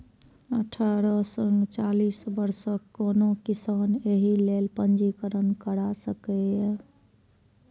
अठारह सं चालीस वर्षक कोनो किसान एहि लेल पंजीकरण करा सकैए